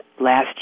last